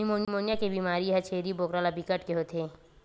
pneumonia के बेमारी ह छेरी बोकरा ल बिकट के होथे